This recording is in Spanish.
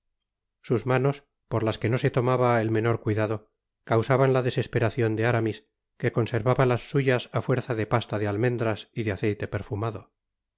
sus manos por las que no se tomaba el menor cuidado causaban la desesperacion de aramis que conservaba las suyas á fuerza de pasta de almendras y de aceite perfumado